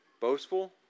boastful